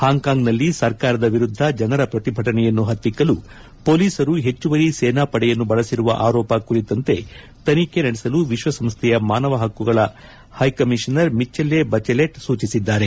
ಹಾಂಗ್ಕಾಂಗ್ನಲ್ಲಿ ಸರ್ಕಾರದ ವಿರುದ್ದದ ಜನರ ಪ್ರತಿಭಟನೆಯನ್ನು ಹತ್ತಿಕ್ಕಲು ಮೊಲೀಸರು ಹೆಚ್ಚುವರಿ ಸೇನಾ ಪಡೆಯನ್ನು ಬಳಸಿರುವ ಆರೋಪ ಕುರಿತಂತೆ ತನಿಖೆ ನಡೆಸಲು ವಿಶ್ವ ಸಂಸ್ಥೆಯ ಮಾನವ ಹಕ್ಕುಗಳ ಹೈಕಮಿಷನರ್ ಮಿಚ್ಚೆಲ್ಲೆ ಬಜೆಲೆಟ್ ಸೂಚಿಸಿದ್ದಾರೆ